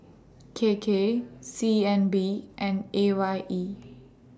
K K C N B and A Y E